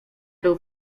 był